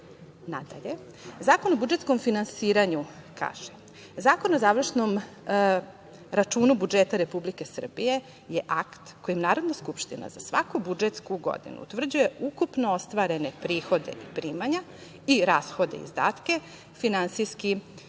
Nadalje, Zakon o budžetskom finansiranju kaže: „Zakon o završnom računu budžeta Republike Srbije je akt kojim Narodna skupština za svaku budžetsku godinu utvrđuje ukupno ostvarene prihoda i primanja i rashode i izdatke, finansijski